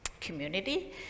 community